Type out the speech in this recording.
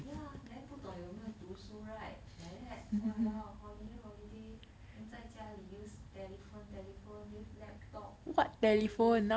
ya then 不懂有没有读书 right like that !walao! holiday holiday then 在家里 use telephone telephone use laptop talk whole day